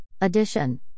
addition